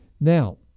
Now